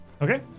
Okay